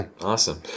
Awesome